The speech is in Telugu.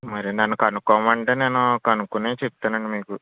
మరి నన్ను కనుక్కోమని అంటే నేను కనుక్కొని చెప్తానండి మీకు